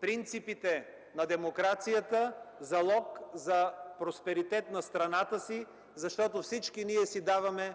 принципите на демокрацията залог за просперитет на страната си, защото всички ние си даваме